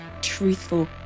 truthful